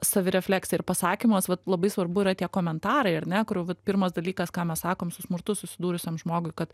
savirefleksija ir pasakymas vat labai svarbu yra tie komentarai ar ne kur pirmas dalykas ką mes sakom su smurtu susidūrusiam žmogui kad